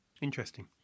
Interesting